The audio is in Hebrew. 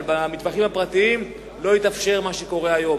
אבל במטווחים הפרטיים לא יתאפשר מה שקורה היום.